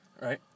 Right